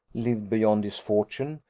lived beyond his fortune,